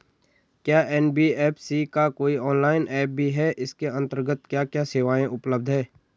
क्या एन.बी.एफ.सी का कोई ऑनलाइन ऐप भी है इसके अन्तर्गत क्या क्या सेवाएँ उपलब्ध हैं?